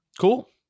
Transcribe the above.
Cool